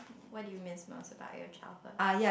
what do you miss most about your childhood